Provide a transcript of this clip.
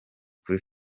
kuri